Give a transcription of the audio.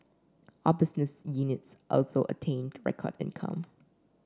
all business units also attained record income